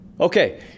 Okay